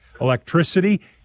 electricity